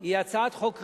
היא הצעת חוק ראשונה,